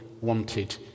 wanted